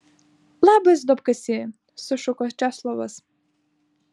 labas duobkasy sušuko česlovas